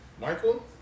Michael